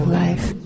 life